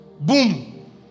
Boom